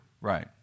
Right